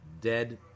dead